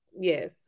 Yes